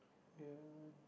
ya